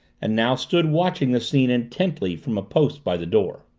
and now stood watching the scene intently from a post by the door.